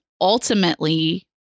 ultimately